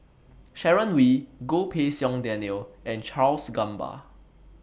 Sharon Wee Goh Pei Siong Daniel and Charles Gamba